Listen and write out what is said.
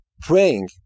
praying